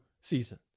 season